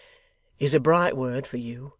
is a bright word for you,